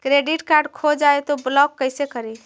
Credit card खो जाए तो ब्लॉक कैसे करी?